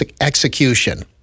execution